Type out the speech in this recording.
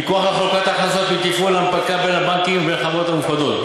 פיקוח על חלוקת הכנסות מתפעול הנפקה בין הבנקים לבין החברות המופרדות,